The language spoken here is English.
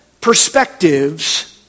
perspectives